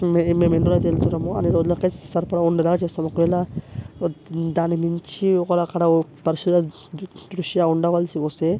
మేము ఎన్నిరోజులైతే వెళ్తున్నామో అన్నిరోజులకే సరిపడా ఉండేలా చేస్తాము ఒకవేళ దాన్ని మించి ఒకవేళ అక్కడ పరిస్థితి దృష్ట్యా ఉండవలసివస్తే